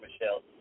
Michelle